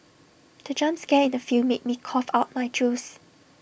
the jump scare in the film made me cough out my juice